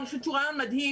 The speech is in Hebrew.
אני חושבת שהוא רעיון מדהים.